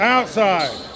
Outside